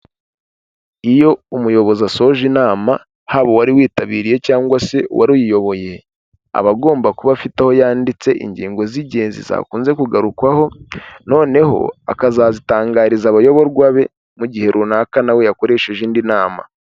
Iyo umuyobozi asoje inama haba wari witabiriye cyangwa se uwari uyiyoboye, aba agomba kuba afite aho yanditse ingingo z'ingenzi zakunze kugarukwaho noneho akazazitangariza abayoborwa be mu gihe runaka nawe yakoresheje indi nama.